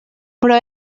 però